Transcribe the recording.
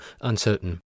uncertain